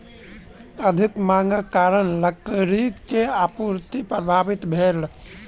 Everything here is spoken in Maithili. अधिक मांगक कारण लकड़ी के आपूर्ति प्रभावित भेल